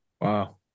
wow